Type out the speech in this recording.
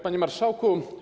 Panie Marszałku!